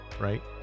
right